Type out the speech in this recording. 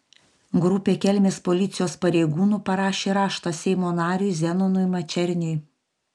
grupė kelmės policijos pareigūnų parašė raštą seimo nariui zenonui mačerniui